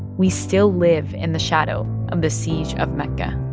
we still live in the shadow of the siege of mecca